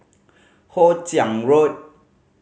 Hoe Chiang Road